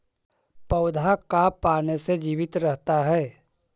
पौधा का पाने से जीवित रहता है?